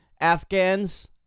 Afghans